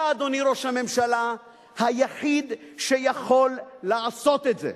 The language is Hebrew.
אתה אדוני ראש הממשלה, היחיד שיכול לעשות את זה.